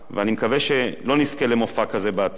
ואני מקווה שלא נזכה למופע כזה בעתיד,